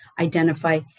identify